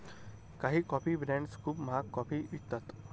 काही coffee brands खूप महाग कॉफी विकतात